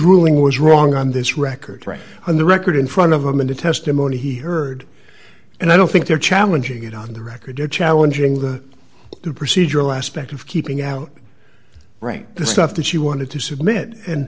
ruling was wrong on this record on the record in front of them in the testimony he heard and i don't think they're challenging it on the record to challenging the procedural aspect of keeping out right the stuff that she wanted to submit